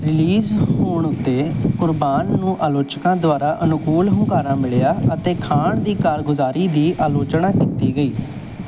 release ਹੋਣ ਉੱਤੇ ਕੁਰਬਾਨ ਨੂੰ ਆਲੋਚਕਾਂ ਦੁਆਰਾ ਅਨੁਕੂਲ ਹੁੰਗਾਰਾ ਮਿਲਿਆ ਅਤੇ ਖਾਨ ਦੀ ਕਾਰਗੁਜ਼ਾਰੀ ਦੀ ਅਲੋਚਨਾ ਕੀਤੀ ਗਈ